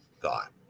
thought